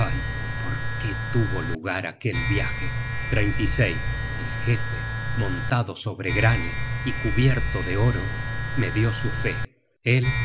qué tuvo lugar aquel viaje el jefe montado sobre granne y cubierto de oro me dió su fe él